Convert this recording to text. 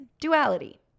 duality